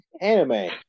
anime